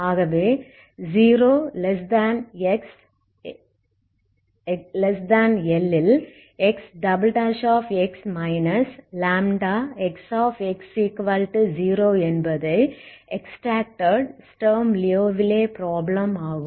ஆகவே 0XL ல் Xx λXx0 என்பது எக்ஸ்ட்ராக்டட் ஸ்டர்ம் லியோவிலே ப்ராப்ளம் ஆகும்